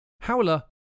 Howler